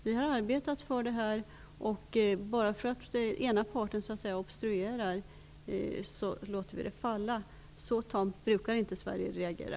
Vi har arbetat för detta, och bara för att den ena parten obstruerar låter vi det falla. Så tamt brukar inte Sverige reagera.